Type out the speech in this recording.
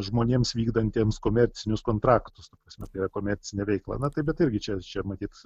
žmonėms vykdantiems komercinius kontraktus ta prasme tai yra komercinę veiklą na tai bet irgi čia čia matyt